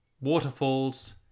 Waterfalls